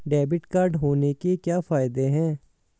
Debit card होने के क्या फायदे हैं?